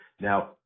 Now